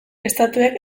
estatuek